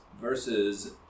versus